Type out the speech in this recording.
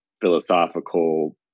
philosophical